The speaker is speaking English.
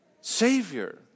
Savior